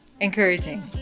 encouraging